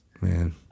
Man